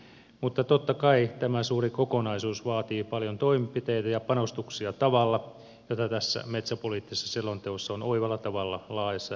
mutta totta kai tämä suuri kokonaisuus vaatii paljon toimenpiteitä ja panostuksia tavalla jota tässä metsäpoliittisessa selonteossa on oivalla tavalla laajassa yhteistyössä linjattu